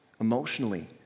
emotionally